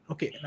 Okay